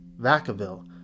Vacaville